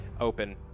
open